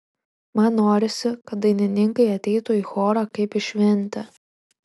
man norisi kad dainininkai ateitų į chorą kaip į šventę